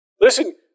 Listen